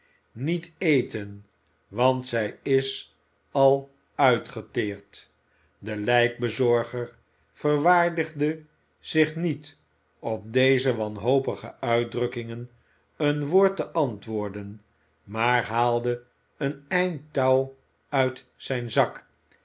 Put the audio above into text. niet eten want zij is al uitgeteerd de lijkbezorger verwaardigde zich niet op deze wanhopige uitdrukkingen een woord te antwoorden maar haalde een eind touw uit zijn zak